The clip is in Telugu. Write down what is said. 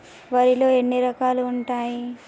వరిలో ఎన్ని రకాలు ఉంటాయి?